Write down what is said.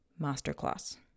masterclass